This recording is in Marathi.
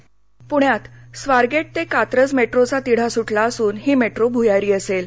पणे मेटो पुण्यात स्वारगेट ते कात्रज मेट्रोचा तिढा सुटला असून ही मेट्रो भूयारी असेल